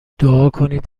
دعاکنید